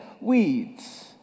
weeds